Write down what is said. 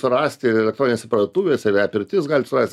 surasti elektroninėse parduotuvėse ir e pirtis galit surast